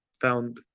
found